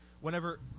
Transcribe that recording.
Whenever